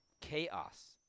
chaos